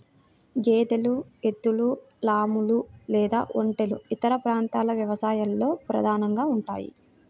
గేదెలు, ఎద్దులు, లామాలు లేదా ఒంటెలు ఇతర ప్రాంతాల వ్యవసాయంలో ప్రధానంగా ఉంటాయి